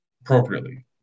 appropriately